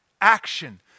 action